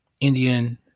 Indian